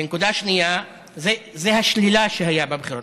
זו השלילה שהייתה בבחירות.